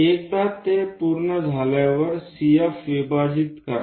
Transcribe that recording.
एकदा ते पूर्ण झाल्यावर CF विभाजित करा